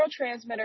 neurotransmitter